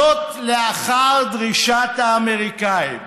זאת לאחר דרישת האמריקנים.